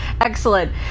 Excellent